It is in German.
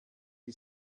die